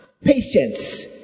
Patience